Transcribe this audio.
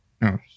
No